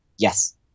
Yes